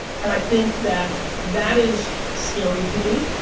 and i think that that is scary to me.